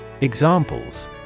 Examples